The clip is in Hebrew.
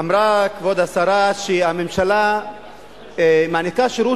אמרה כבוד השרה שהממשלה מעניקה שירות